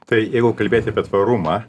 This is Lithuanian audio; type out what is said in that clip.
tai jeigu kalbėt apie tvarumą